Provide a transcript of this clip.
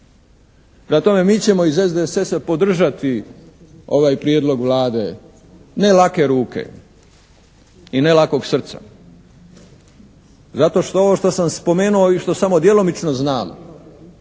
tome, mi ćemo iz SDSS-a podržati ovaj prijedlog Vlade, ne lake ruke i ne lakog srca zato što ovo što sam spomenuo i što samo djelomično znam,